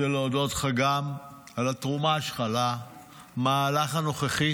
אני רוצה להודות לך על התרומה שלך גם למהלך הנוכחי